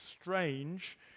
strange